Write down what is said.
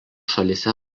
šalyse